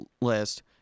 list